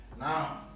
Now